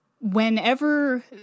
whenever